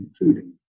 including